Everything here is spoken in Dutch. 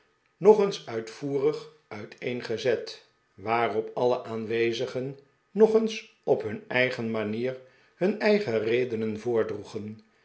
nog eens uitvoerig uiteengezet waarop alle aanwezigen nog eens op hun eigen manier hun eigen redenen